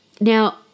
Now